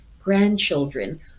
grandchildren